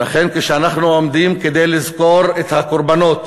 ולכן כשאנחנו עומדים כדי לזכור את הקורבנות